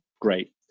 great